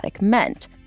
meant